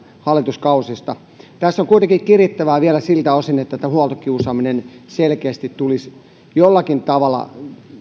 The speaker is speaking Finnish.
hallituskausista tässä on kuitenkin kirittävää vielä siltä osin että tämä huoltokiusaaminen selkeästi tulisi jollakin tavalla